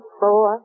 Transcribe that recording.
four